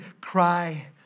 cry